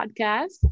podcast